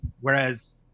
whereas